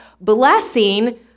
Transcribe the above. blessing